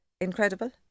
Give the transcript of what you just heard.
incredible